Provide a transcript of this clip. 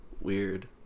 weird